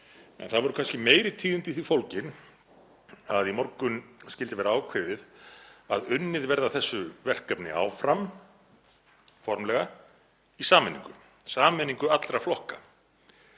En það voru kannski meiri tíðindi í því fólgin að í morgun skyldi vera ákveðið að unnið verði að þessu verkefni áfram formlega í sameiningu, í sameiningu allra flokka.